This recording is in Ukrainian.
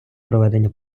проведення